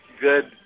good